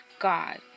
god